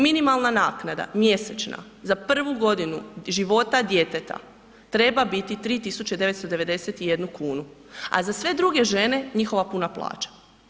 Minimalna naknada mjesečna za prvu godinu života djeteta treba biti 3991 a z sve druge žene, njihova puna plaća.